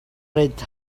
red